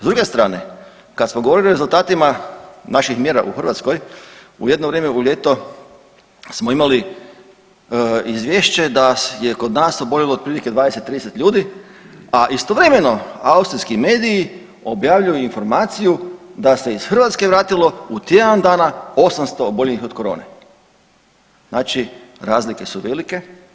S druge strane kada smo govorili o rezultatima naših mjera u Hrvatskoj u jedno vrijeme u ljeto smo imali izvješće da je kod nas oboljelo otprilike 20, 30 ljudi, a istovremeno austrijski mediji objavljuju informaciju da se iz Hrvatske vratilo u tjedan dana 800 oboljelih od korone, znači razlike su velike.